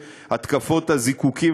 את התקפות הזיקוקים,